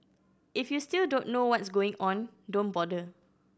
if you still don't know what's going on don't bother